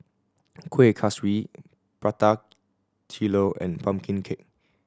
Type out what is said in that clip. Kuih Kaswi Prata Telur and pumpkin cake